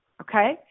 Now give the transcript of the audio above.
okay